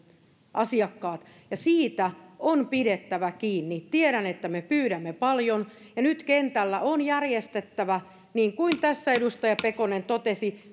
asiakkaita ja siitä on pidettävä kiinni tiedän että me pyydämme paljon nyt kentällä on järjestettävä niin kuin tässä edustaja pekonen totesi